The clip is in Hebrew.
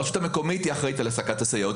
הרשות המקומית אחראית על העסקת הסייעות.